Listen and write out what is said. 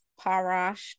Parash